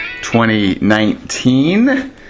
2019